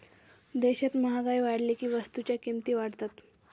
देशात महागाई वाढली की वस्तूंच्या किमती वाढतात